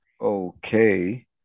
okay